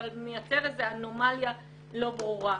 אבל מייצר אנומליה לא ברורה.